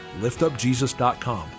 liftupjesus.com